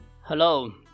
Hello